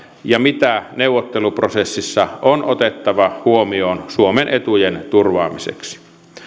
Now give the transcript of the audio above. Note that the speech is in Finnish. ja mitä neuvotteluprosessissa on otettava huomioon suomen etujen turvaamiseksi